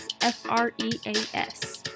F-R-E-A-S